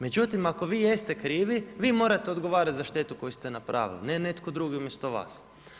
Međutim, ako vi jeste krivi, vi morate odgovarati za štetu koju ste napravili, ne netko drugi umjesto vas.